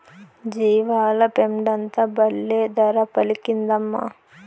జీవాల పెండంతా బల్లే ధర పలికిందమ్మా